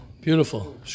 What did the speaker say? beautiful